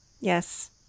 Yes